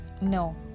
No